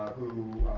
who